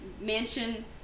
Mansion